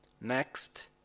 Next